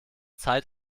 zeit